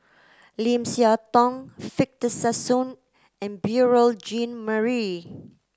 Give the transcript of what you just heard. Lim Siah Tong Victor Sassoon and Beurel Jean Marie